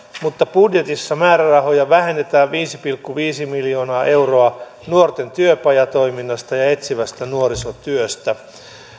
mutta budjetissa määrärahoja vähennetään viisi pilkku viisi miljoonaa euroa nuorten työpajatoiminnasta ja etsivästä nuorisotyöstä